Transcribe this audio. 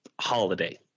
holiday